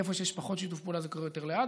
איפה שיש פחות שיתוף פעולה זה קורה יותר לאט.